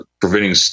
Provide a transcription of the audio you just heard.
preventing